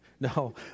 No